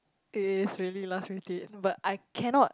it's really last minute but I cannot